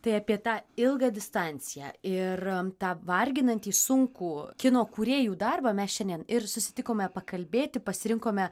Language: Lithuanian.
tai apie tą ilgą distanciją ir tą varginantį sunkų kino kūrėjų darbą mes šiandien ir susitikome pakalbėti pasirinkome